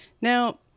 Now